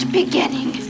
beginning